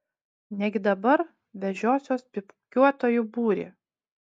negi dabar vežiosiuos pypkiuotojų būrį